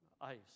ICE